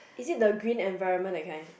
is it the green environment that kind